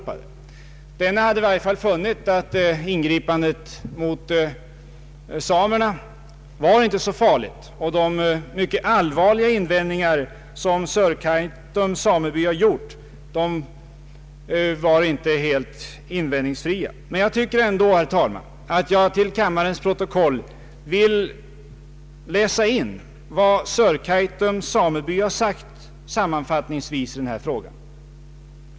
Statsrådets sagesman hade i varje fall funnit att ingripandet mot samerna inte var så farligt. De mycket allvarliga invändningar som Sörkaitums sameby hade gjort var inte helt invändningsfria påstod jordbruksministern. Jag tycker ändå, herr talman, att jag till kammarens protokoll vill läsa in vad Sörkaitums sameby har sagt sammanfattningsvis i denna fråga.